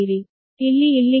ಇಲ್ಲಿ ಇಲ್ಲಿಗೆ ಇದು 3